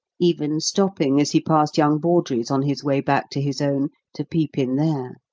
even stopping as he passed young bawdrey's on his way back to his own to peep in there.